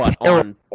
on